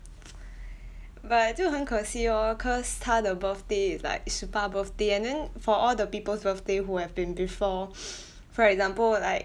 but 就很可惜 lor cause 他的 birthday is like is 十八 birthday and then for all the people's birthday who have been before for example like